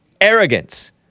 arrogance